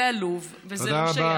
אז זה עלוב וזה לא שייך,